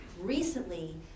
recently